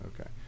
Okay